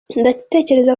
ndatekereza